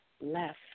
left